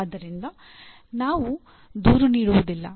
ಆದ್ದರಿಂದ ನಾವು ದೂರು ನೀಡುವುದಿಲ್ಲ